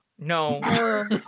No